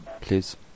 please